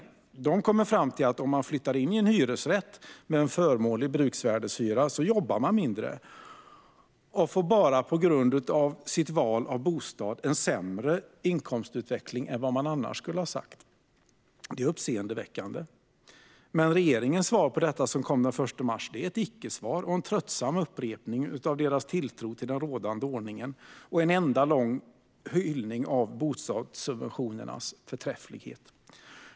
Rapporten kommer fram till att om man flyttar in i en hyresrätt med en förmånlig bruksvärdeshyra jobbar man mindre och får bara på grund av sitt val av bostad sämre inkomstutveckling än man annars skulle ha haft. Det är uppseendeväckande. Men regeringens svar på detta som kom den 1 mars är ett icke-svar - en tröttsam upprepning av dess tilltro till den rådande ordningen och en enda lång hyllning av bostadssubventionernas förträfflighet.